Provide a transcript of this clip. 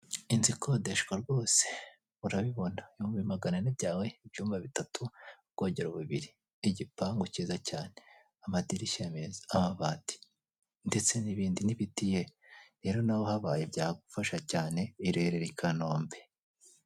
Inzu ikodeshwa rwose urabibona, ibihumbi maganane byawe, ibumba bitatu ubwogero bubiri, igipangu cyiza cyane, amadirishya meza, amabati ndetse nibindi, nibiti yeee. Mbese nawe uhabaye byagufasha cyane, iherereye ikanombe.